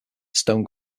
stone